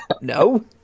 no